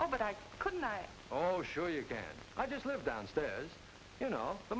all but i couldn't i oh sure you can i just live downstairs you know the